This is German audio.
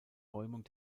räumung